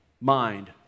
mind